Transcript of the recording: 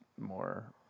more